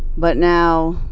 but now,